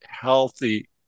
healthy